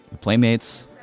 Playmates